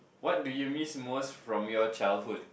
what do you miss most from your childhood